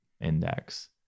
index